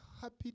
happy